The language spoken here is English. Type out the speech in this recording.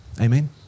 Amen